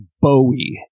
Bowie